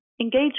Engage